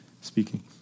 speaking